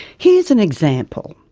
here's an example.